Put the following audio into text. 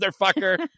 motherfucker